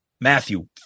Matthew